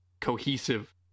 cohesive